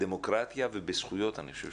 בדמוקרטיה ובזכויות, אני חושב